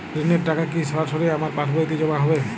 ঋণের টাকা কি সরাসরি আমার পাসবইতে জমা হবে?